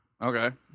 Okay